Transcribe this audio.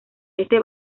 este